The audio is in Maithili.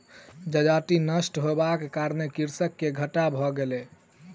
जजति नष्ट होयबाक कारणेँ कृषक के घाटा भ गेलै